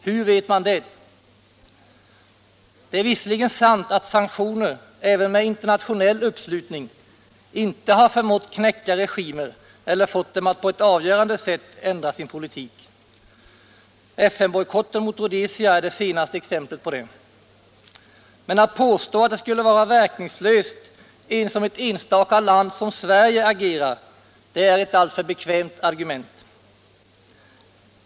Hur vet man det? Det är visserligen sant att sanktioner, även sådana med internationell uppslutning, inte har förmått knäcka regimer eller fått dem att på ett avgörande sätt ändra sin politik. FN-bojkotten mot Rhodesia är det senaste exemplet på det. Men att påstå att det skulle vara verkningslöst ens om ett enstaka land som Sverige agerar, det är ett alltför bekvämt argument.